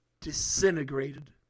disintegrated